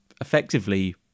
effectively